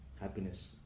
happiness